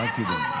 איפה אני?